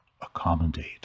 accommodate